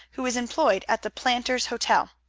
who is employed at the planters' hotel.